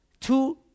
two